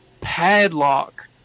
padlock